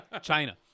China